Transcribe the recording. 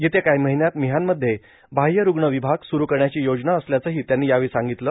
येत्या काही महिन्यात मिहानमध्ये बाह्यरूग्ण विभाग स्ररू करण्याची योजना असल्याचही त्यांनी यावेळी सांगितलं